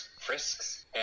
frisks